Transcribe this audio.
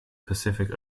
pacific